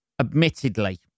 Admittedly